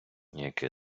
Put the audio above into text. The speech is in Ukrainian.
яке